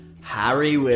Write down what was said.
Harry